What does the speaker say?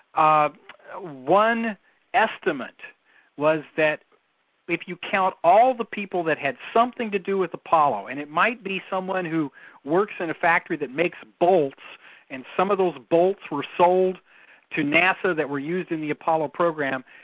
ah one estimate was that if you count all the people that had something to do with apollo, and it might be someone who works in a factory that makes bolt and some of those bolts were sold to nasa that were used in the apollo program,